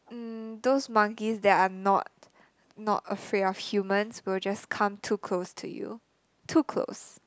mm those monkeys that are not not afraid of humans will just come too close to you too close